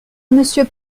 monsieur